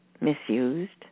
misused